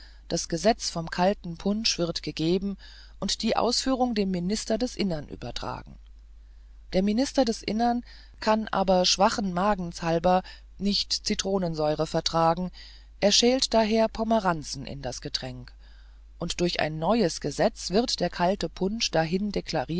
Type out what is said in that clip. das gesetz vom kalten punsch wird gegeben und die ausführung dem minister des innern übertragen der minister des innern kann aber schwachen magens halber nicht zitronensäure vertragen er schält daher pomeranzen in das getränk und durch ein neues gesetz wird der kalte punsch dahin